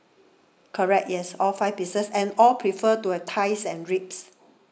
correct yes all five pieces and all prefer to have thighs and ribs